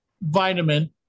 vitamin